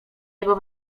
jego